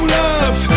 love